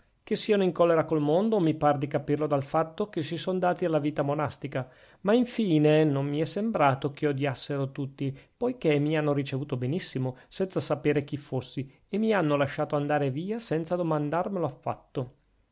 che siano in collera col mondo mi par di capirlo dal fatto che si son dati alla vita monastica ma infine non mi è sembrato che odiassero tutti poichè mi hanno ricevuto benissimo senza sapere chi fossi e mi hanno lasciato andare via senza domandarmelo affatto